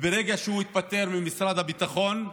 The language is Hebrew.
ברגע שהוא התפטר ממשרד הביטחון,